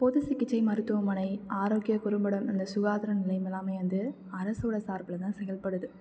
பொது சிகிச்சை மருந்துவமனை ஆரோக்கிய குறும்படம் அந்த சுகாதார நிலையம் எல்லாமே வந்து அரசோடய சார்பில் தான் செயல்படுது